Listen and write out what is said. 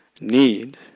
need